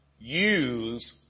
use